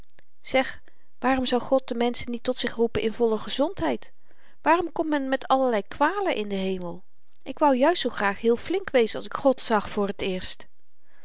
zeg waarom zou god de menschen niet tot zich roepen in volle gezondheid waarom komt men met allerlei kwalen in den hemel ik wou juist zoo graag heel flink wezen als ik god zag voor t eerst